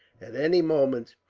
at any moment,